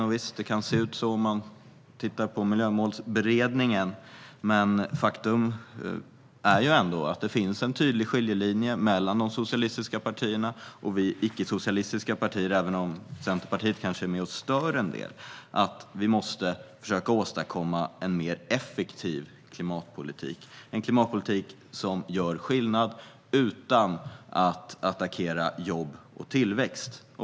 Och visst, det kan se ut så om man tittar på Miljömålsberedningens förslag, men faktum är att det finns en tydlig skiljelinje mellan de socialistiska partierna och oss icke-socialistiska partier, även om Centerpartiet kanske är med och stör en del, när det gäller att vi måste åstadkomma en mer effektiv klimatpolitik som gör skillnad utan att attackera jobb och tillväxt.